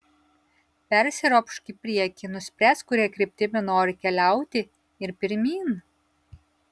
persiropšk į priekį nuspręsk kuria kryptimi nori keliauti ir pirmyn